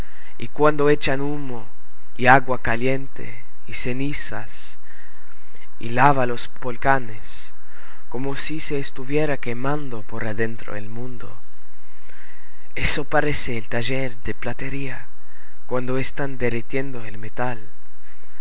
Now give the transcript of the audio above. y cuando echan humo y agua caliente y cenizas y lava los volcanes como si se estuviera quemando por adentro el mundo eso parece el taller de platería cuando están derritiendo el metal